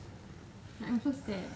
like I'm so sad